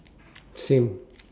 same